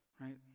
right